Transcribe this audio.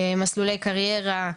מסלולי קריירה,